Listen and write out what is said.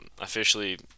officially